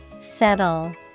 Settle